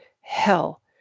hell